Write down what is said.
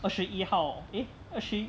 二十一号 eh 二十一